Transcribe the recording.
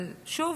אבל שוב,